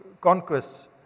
conquests